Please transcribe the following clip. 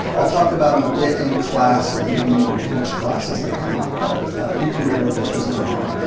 i'll talk about em a bit in class at the beginning of each class as they come up, but you can read over those on your own.